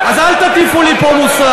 אז אל תטיפו לי פה מוסר.